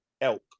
elk